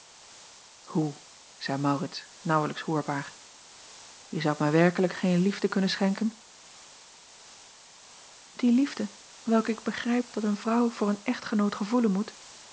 oe zeî aurits naauwlijks hoorbaar je zoudt mij werkelijk geen liefde kunnen schenken acob van ennep laasje evenster delen ie liefde welke ik begrijp dat een vrouw voor een echtgenoot gevoelen moet